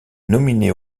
nominé